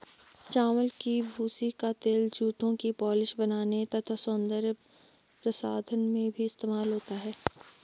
चावल की भूसी का तेल जूतों की पॉलिश बनाने तथा सौंदर्य प्रसाधन में भी इस्तेमाल होता है